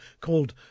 called